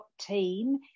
team